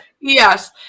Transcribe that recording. Yes